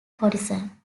horizon